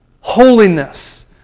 Holiness